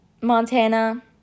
Montana